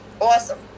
Awesome